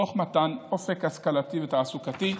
תוך מתן אופק השכלתי ותעסוקתי.